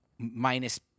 Minus